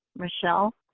michelle,